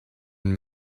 and